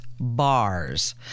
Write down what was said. Bars